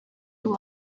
two